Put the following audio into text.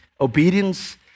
Obedience